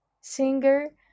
singer